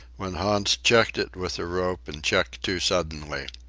when hans checked it with the rope and checked too suddenly.